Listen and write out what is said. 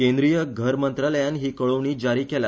केंद्रीय घर मंत्रालयान हि कळोवणी जारी केल्या